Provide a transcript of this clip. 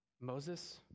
Moses